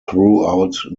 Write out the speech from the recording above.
throughout